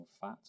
fat